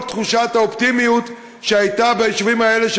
כל תחושת האופטימיות שהייתה ביישובים האלה,